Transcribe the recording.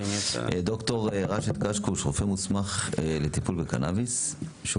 בבקשה ד"ר ראשד קשקוש, רופא מוסמך לטיפול בקנביס.